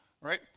right